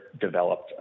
developed